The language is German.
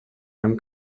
einem